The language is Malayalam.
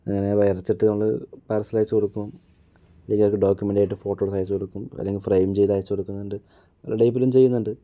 അങ്ങനെ വരച്ചിട്ട് നമ്മൾ പാർസൽ അയച്ചു കൊടുക്കും ഇല്ലെങ്കിൽ ഡോക്യുമെൻറ്റ് ആയിട്ട് ഫോട്ടോ എടുത്ത് അയച്ചു കൊടുക്കും ഇല്ലെങ്കിൽ ഫ്രെയിം ചെയ്ത് അയച്ചു കൊടുക്കുന്നുണ്ട് എല്ലാ ടൈപ്പിലും ചെയുന്നുണ്ട്